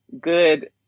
good